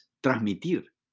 transmitir